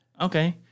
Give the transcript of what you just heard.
Okay